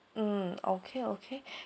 mm okay okay